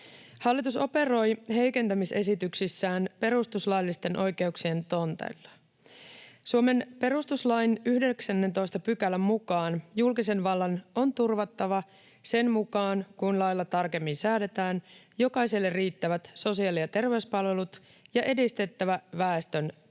Hallitus operoi heikentämisesityksissään perustuslaillisten oikeuksien tonteilla. Suomen perustuslain 19 §:n mukaan julkisen vallan on turvattava sen mukaan kuin lailla tarkemmin säädetään jokaiselle riittävät sosiaali- ja terveyspalvelut ja edistettävä väestön terveyttä.